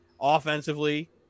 offensively